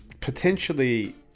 potentially